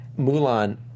Mulan